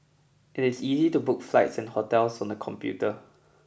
it is easy to book flights and hotels on the computer